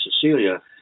Cecilia